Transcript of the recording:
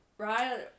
Right